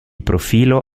profilo